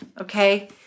Okay